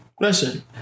Listen